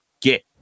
get